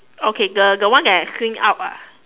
okay the the one that swing out ah